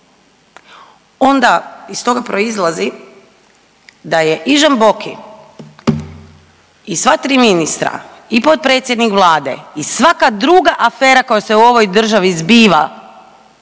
onda iz toga proizlazi da je i Žamboki i sva 3 ministra i potpredsjednik vlade i svaka druga afera koja se u ovoj državi zbiva